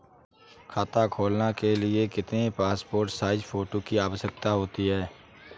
खाता खोलना के लिए कितनी पासपोर्ट साइज फोटो की आवश्यकता होती है?